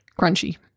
Crunchy